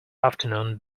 afternoon